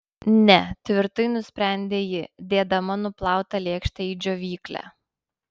ne tvirtai nusprendė ji dėdama nuplautą lėkštę į džiovyklę